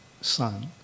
son